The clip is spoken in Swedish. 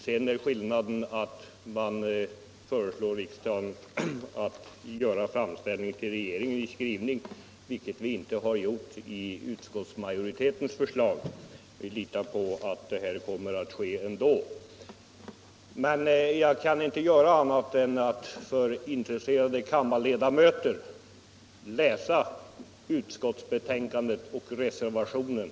Sedan är skillnaden att reservationen föreslår riksdagen att göra en framställning till regeringen i en skrivelse, vilket vi inte begär i majoritetens förslag. Vi litar på att regeringen kommer att handla ändå. Jag har inte kunnat göra annat än att för intresserade kammarledamöter läsa utskottsbetänkandet och reservationen.